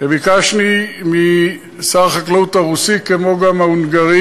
וביקשתי משר החקלאות הרוסי כמו גם מההונגרי